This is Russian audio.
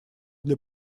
для